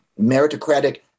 meritocratic